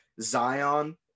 Zion